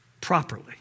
properly